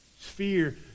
sphere